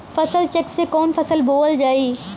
फसल चेकं से कवन फसल बोवल जाई?